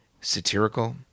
satirical